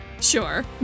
Sure